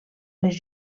les